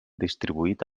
distribuït